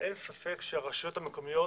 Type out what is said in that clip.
אין ספק שהרשויות המקומיות